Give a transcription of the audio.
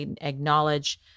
acknowledge